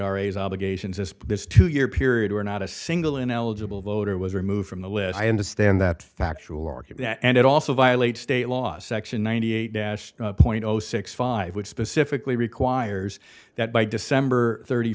a's obligations as this two year period were not a single in eligible voter was removed from the list i understand that factual and it also violates state law section ninety eight dash point zero six five which specifically requires that by december thirty